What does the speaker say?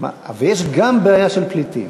אבל יש גם בעיה של פליטים.